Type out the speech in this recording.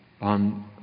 on